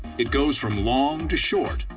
it goes from long to short,